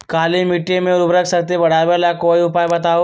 काली मिट्टी में उर्वरक शक्ति बढ़ावे ला कोई उपाय बताउ?